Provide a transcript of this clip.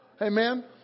Amen